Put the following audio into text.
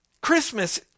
Christmas